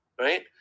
right